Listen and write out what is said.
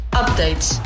updates